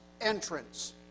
Entrance